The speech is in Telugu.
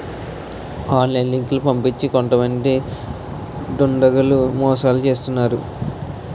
ఆన్లైన్ లింకులు పంపించి కొంతమంది దుండగులు మోసాలు చేస్తున్నారు